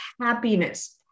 happiness